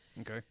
Okay